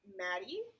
Maddie